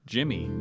Jimmy